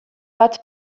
bat